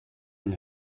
een